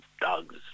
dogs